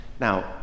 Now